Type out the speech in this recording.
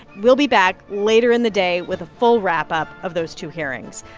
we'll be back later in the day with a full wrap-up of those two hearings.